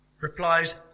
replies